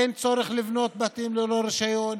אין צורך לבנות בתים ללא רישיון,